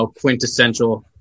quintessential